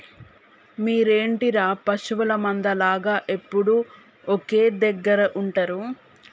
మీరేంటిర పశువుల మంద లాగ ఎప్పుడు ఒకే దెగ్గర ఉంటరు